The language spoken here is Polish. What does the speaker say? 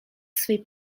swej